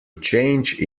change